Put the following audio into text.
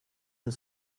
and